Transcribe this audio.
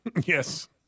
Yes